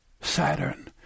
Saturn